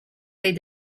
they